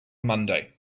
monday